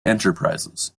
enterprises